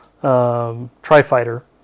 tri-fighter